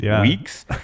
weeks